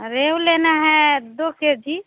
रोहू लेना है दो के जी